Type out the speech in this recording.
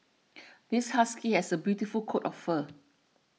this husky has a beautiful coat of fur